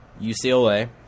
UCLA